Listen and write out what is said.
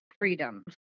freedom